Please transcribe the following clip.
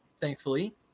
Thankfully